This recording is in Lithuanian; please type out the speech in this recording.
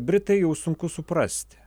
britai jau sunku suprasti